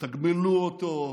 יתגמלו אותו,